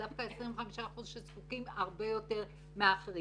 אלה דווקא 25 אחוזים שזקוקים הרבה יותר מהאחרים.